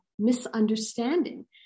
Misunderstanding